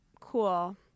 cool